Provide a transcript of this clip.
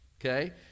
okay